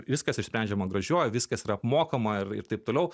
viskas išsprendžiama gražiuoju viskas yra apmokama ir taip toliau